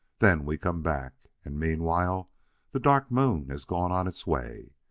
then we come back and meanwhile the dark moon has gone on its way.